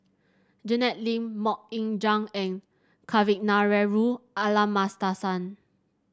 Janet Lim MoK Ying Jang and Kavignareru Amallathasan